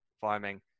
farming